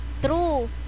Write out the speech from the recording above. True